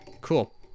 Cool